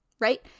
Right